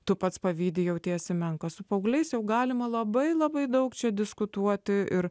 tu pats pavydi jautiesi menkas su paaugliais jau galima labai labai daug čia diskutuoti ir